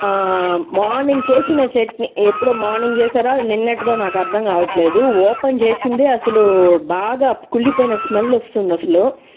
morning చేసిన చెట్నీ ఎప్పుడో morning చేశారా నిన్నటిదో నాకు అర్థం కావట్లేదు ఓపెన్ చేసిందే అసలు బాగా కుళ్లిపోయిన స్మెల్ వస్తుంది అసలు